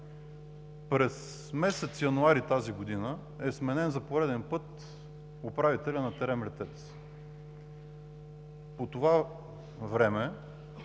През месец януари тази години е сменен за поред път управителят на „ТЕРЕМ – Летец“. По това време